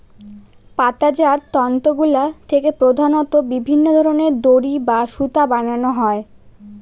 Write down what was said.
পাতাজাত তন্তুগুলা থেকে প্রধানত বিভিন্ন ধরনের দড়ি বা সুতা বানানো হয়